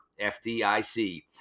FDIC